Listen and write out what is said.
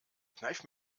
kneif